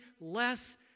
less